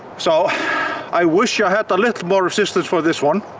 so i wish i had a little more resistance for this one.